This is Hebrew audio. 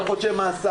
שישה חודשי מאסר.